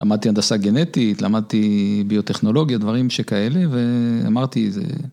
למדתי הנדסה גנטית, למדתי ביוטכנולוגיה, דברים שכאלה, ואמרתי, זה...